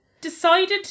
decided